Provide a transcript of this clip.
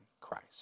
Christ